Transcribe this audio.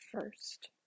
first